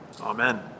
Amen